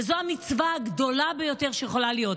וזו המצווה הגדולה ביותר שיכולה להיות.